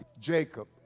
Jacob